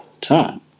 time